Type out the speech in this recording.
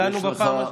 דנו בפעם,